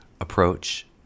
approach